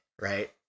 right